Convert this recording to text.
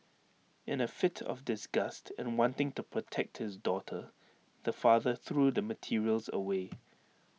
in A fit of disgust and wanting to protect his daughter the father threw the materials away